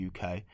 UK